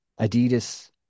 Adidas